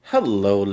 Hello